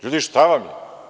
Ljudi, šta vam je?